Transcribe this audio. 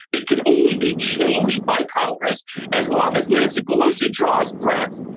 it can only be changed by congress as long as nancy pelosi draws breath.